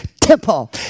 temple